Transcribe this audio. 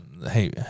Hey